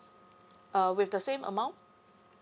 uh with the same amount